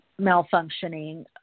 malfunctioning